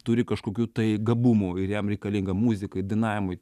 turi kažkokių tai gabumų ir jam reikalinga muzikai dainavimui